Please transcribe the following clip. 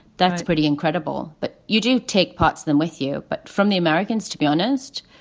that's pretty incredible. but you do take pott's them with you. but from the americans, to be honest,